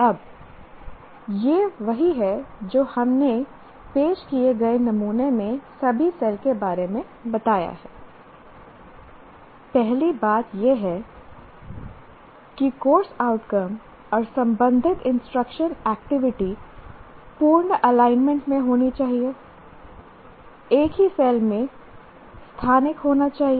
अब यह वही है जो हमने पेश किए गए नमूने में सभी सेल के बारे में बताया हैI पहली बात यह है कि कोर्स आउटकम और संबंधित इंस्ट्रक्शनल एक्टिविटी पूर्ण एलाइनमेंट में होनी चाहिए एक ही सेल में स्थानिक होना चाहिए